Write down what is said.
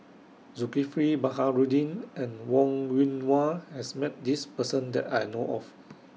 Zulkifli Baharudin and Wong Yoon Wah has Met This Person that I know of